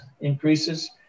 increases